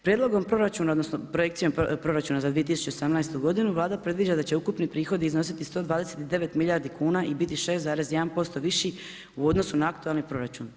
Prijedlogom proračuna odnosno projekcijom proračuna za 2018. godinu, Vlada predviđa da će ukupni prihodi iznositi 129 milijardi kuna i biti 6,1% viši u odnosu na aktualni proračun.